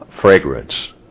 fragrance